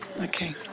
Okay